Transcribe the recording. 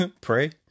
pray